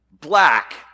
black